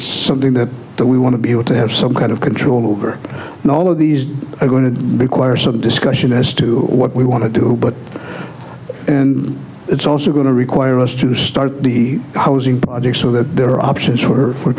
something that we want to be able to have some kind of control over and all of these are going to require some discussion as to what we want to do but and it's also going to require us to start the housing projects so that there are options for